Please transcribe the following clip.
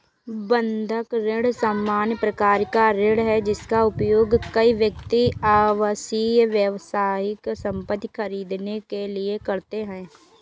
बंधक ऋण सामान्य प्रकार का ऋण है, जिसका उपयोग कई व्यक्ति आवासीय, व्यावसायिक संपत्ति खरीदने के लिए करते हैं